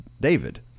David